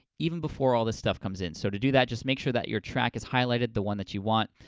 even before all this stuff comes in. so, to do that, just make sure that your track is highlighted, the one that you want,